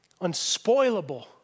unspoilable